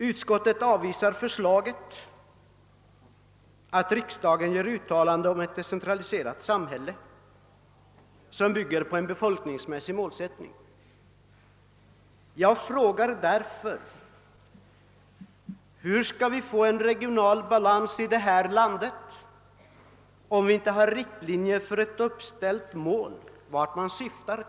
Utskottet avvisar förslaget att riksdagen skall göra ett uttalande om ett decentraliserat samhälle som bygger på en befolkningsmässig målsättning. Jag frågar därför: Hur skall vi få en regional balans i detta land, om vi inte har riktlinjer för ett uppställt mål, vart man syftar?